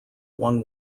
one